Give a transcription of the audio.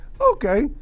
Okay